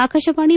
Akashvani